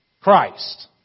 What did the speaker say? Christ